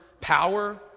power